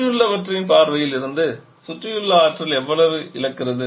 சுற்றியுள்ளவற்றின் பார்வையில் இருந்து சுற்றியுள்ள ஆற்றல் எவ்வளவு இழக்கிறது